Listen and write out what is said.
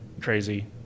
crazy